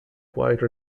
quite